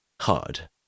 Hard